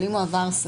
אבל אם הוא עבר ספים